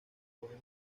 poemas